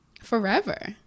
forever